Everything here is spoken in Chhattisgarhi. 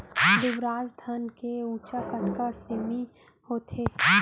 दुबराज धान के ऊँचाई कतका सेमी होथे?